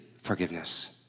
forgiveness